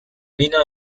mina